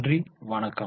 நன்றி வணக்கம்